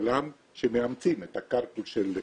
בעולם שמאמצים את ה-carpool של וייז,